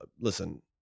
Listen